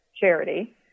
charity